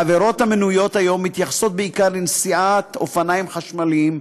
העבירות המנויות היום מתייחסות בעיקר לנסיעת אופניים חשמליים,